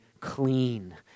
clean